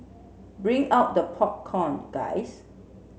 bring out the popcorn guys